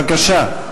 בבקשה.